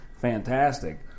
fantastic